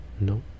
No